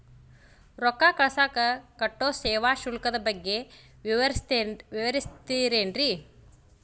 ರೊಕ್ಕ ಕಳಸಾಕ್ ಕಟ್ಟೋ ಸೇವಾ ಶುಲ್ಕದ ಬಗ್ಗೆ ವಿವರಿಸ್ತಿರೇನ್ರಿ?